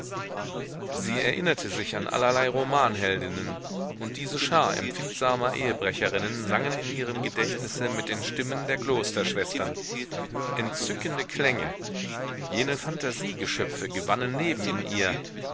sie erinnerte sich an allerlei romanheldinnen und diese schar empfindsamer ehebrecherinnen sangen in ihrem gedächtnisse mit den stimmen der klosterschwestern entzückende klänge jene phantasiegeschöpfe gewannen leben in ihr